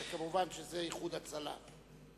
ביום י"ט באייר תשס"ט (13 במאי 2009):